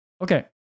Okay